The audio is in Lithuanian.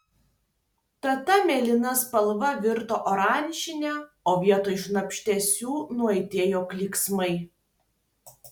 tada mėlyna spalva virto oranžine o vietoj šnabždesių nuaidėjo klyksmai